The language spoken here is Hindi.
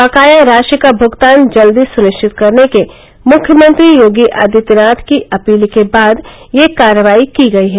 बकाया राशि का भुगतान जल्दी सुनिश्चित करने के मुख्यमंत्री योगी आदित्यनाथ की अपील के बाद यह कारवाई की गई है